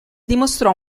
dimostrò